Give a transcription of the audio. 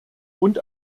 und